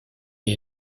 est